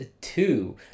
two